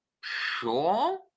sure